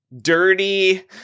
dirty